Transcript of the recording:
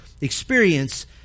experience